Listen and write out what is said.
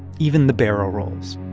even the barrel rolls